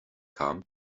kam